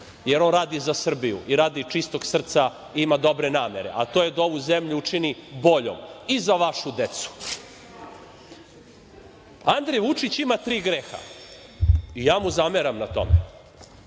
jer on radi za Srbiju, radi čistog srca, ima dobre namere, a to je da ovu zemlju učini boljom i za vašu decu. Andrej Vučić ima tri greha. Ja mu zameram na tome.